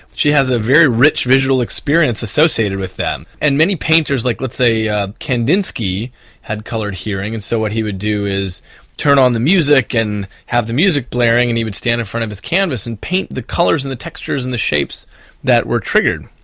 she has a very rich visual experience associated with that. and many painters like let's say kandinsky had coloured hearing and so what he would do is turn on the music and have the music blaring and he would stand in front of his canvas and paint the colours, the textures and the shapes that were triggered.